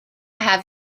have